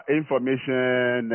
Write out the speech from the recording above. information